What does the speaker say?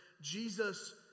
Jesus